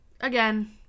again